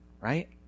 right